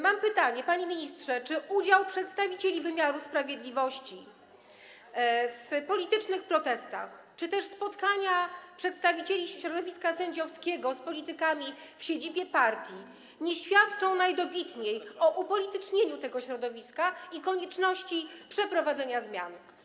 Mam pytanie, panie ministrze: Czy udział przedstawicieli wymiaru sprawiedliwości w politycznych protestach czy też spotkania przedstawicieli środowiska sędziowskiego z politykami w siedzibie partii nie świadczą najdobitniej o upolitycznieniu tego środowiska i o konieczności przeprowadzenia zmiany?